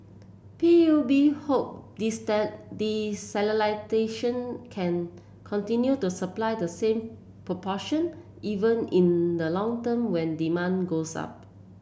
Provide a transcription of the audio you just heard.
P U B hope desalination can continue to supply the same proportion even in the long term when demand goes up